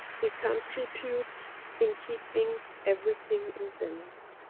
we contribute in keeping everything in balance.